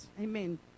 Amen